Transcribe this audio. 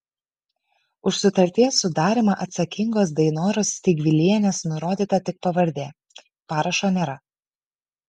už sutarties sudarymą atsakingos dainoros steigvilienės nurodyta tik pavardė parašo nėra